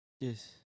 Yes